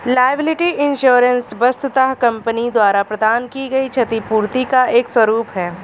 liability insurance वस्तुतः company द्वारा प्रदान की गई क्षतिपूर्ति का एक स्वरूप है